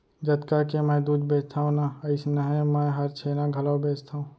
जतका के मैं दूद बेचथव ना अइसनहे मैं हर छेना घलौ बेचथॅव